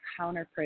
counterproductive